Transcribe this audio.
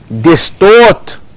Distort